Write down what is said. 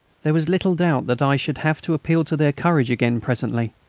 there was little doubt that i should have to appeal to their courage again presently,